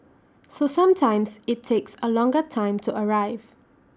so sometimes IT takes A longer time to arrive